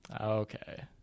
Okay